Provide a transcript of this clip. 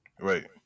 right